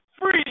Free